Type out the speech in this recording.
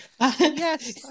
Yes